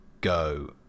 go